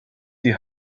die